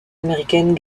américaine